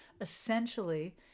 essentially